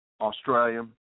Australia